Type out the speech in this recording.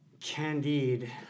Candide